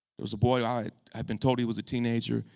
there was a boy, i'd i'd been told he was a teenager.